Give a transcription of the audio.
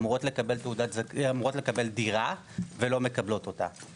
אמורות לקבל דירה ולא מקבלות אותה,